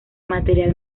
material